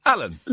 Alan